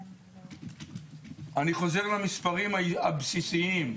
אני חוזר למספרים הבסיסיים.